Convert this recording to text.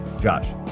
Josh